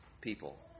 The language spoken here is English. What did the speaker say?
people